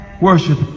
Worship